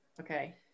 okay